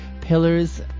pillars